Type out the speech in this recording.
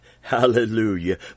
Hallelujah